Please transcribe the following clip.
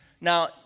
Now